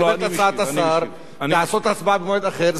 ומקבל את הצעת השר לעשות הצבעה במועד אחר,